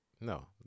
no